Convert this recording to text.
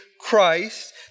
Christ